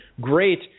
great